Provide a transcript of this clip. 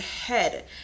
head